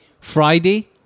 Friday